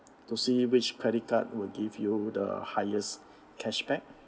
to see which credit card will give you the highest cashback